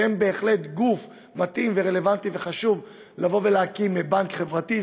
שהם בהחלט גוף מתאים ורלוונטי וחשוב לבוא ולהקים בנק חברתי.